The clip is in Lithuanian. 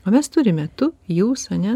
o mes turime tu jūs ane